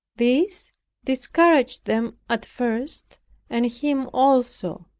this discouraged them at first and him also.